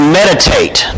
meditate